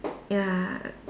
ya